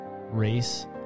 race